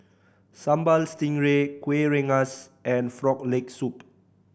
Sambal Stingray Kuih Rengas and Frog Leg Soup